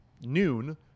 noon